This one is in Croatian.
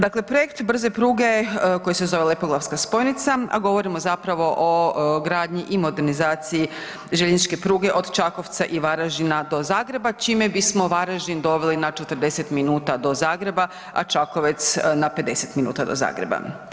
Dakle projekt brze pruge koji se zove Lepoglavska spojnica a govorimo zapravo o gradnji i modernizaciji željezničke pruge od Čakovca i Varaždina do Zagreba čime bismo Varaždin doveli na 40 min do Zagreba a Čakovec na 50 min do Zagreba.